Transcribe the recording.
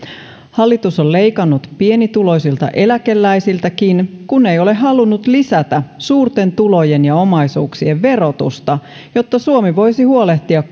hallitus on leikannut pienituloisilta eläkeläisiltäkin kun ei ole halunnut lisätä suurten tulojen ja omaisuuksien verotusta jotta suomi voisi huolehtia